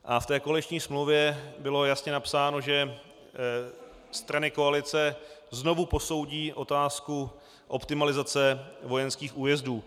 V té koaliční smlouvě bylo jasně napsáno, že strany koalice znovu posoudí otázku optimalizace vojenských újezdů.